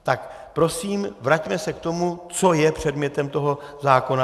Tak prosím, vraťme se k tomu, co je předmětem toho zákona.